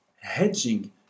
hedging